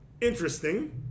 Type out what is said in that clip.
interesting